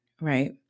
right